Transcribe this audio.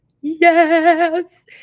Yes